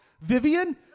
Vivian